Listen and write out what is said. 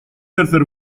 tercer